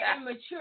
immature